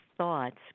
thoughts